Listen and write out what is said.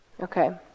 okay